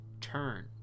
turn